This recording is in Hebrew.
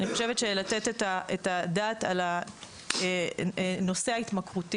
אני חושבת שצריך לתת את הדעת על הנושא ההתמכרותי.